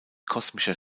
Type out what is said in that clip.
kosmischer